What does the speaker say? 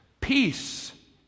Peace